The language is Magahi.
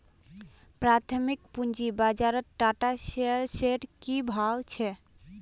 प्राथमिक पूंजी बाजारत टाटा शेयर्सेर की भाव छ